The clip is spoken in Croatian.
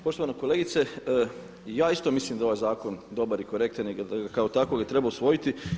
Poštovana kolegice ja isto mislim da je ovaj zakon dobar i korektan i da ga kao takvoga treba usvojiti.